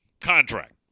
contract